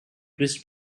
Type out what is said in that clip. twist